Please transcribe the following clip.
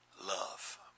love